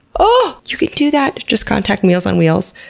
oh! you could do that, just contact meals on wheels.